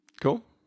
cool